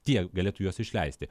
tiek galėtų juos išleisti